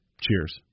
cheers